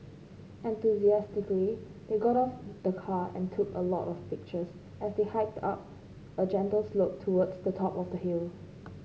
enthusiastically they got out of the car and took a lot of pictures as they hiked up a gentle slope towards the top of the hill